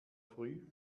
früh